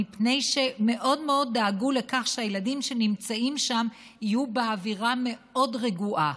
מפני שמאוד מאוד דאגו לכך שהילדים שנמצאים שם יהיו באווירה מאוד רגועה.